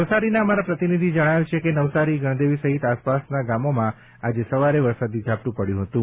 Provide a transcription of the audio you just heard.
નવસારીના અમારા પ્રતિનિધિ જણાવે છે કે નવસારી ગણદેવી સહિત આસપાસના ગામોમાં આજે સવારે વરસાદી ઝાપટું પડ્યું હતું